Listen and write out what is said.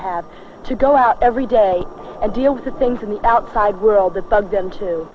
have to go out every day and deal with the things in the outside world that bug them too